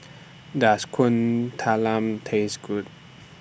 Does Kuih Talam Taste Good